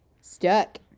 stuck